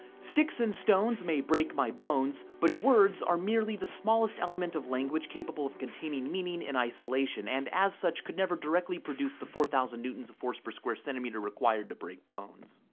sticks and stones may break my bones but words are merely the smallest element of language capable of containing meaning and isolation and, as such, could never directly produce the four thousand newtons of force per square centimetre required to break bones.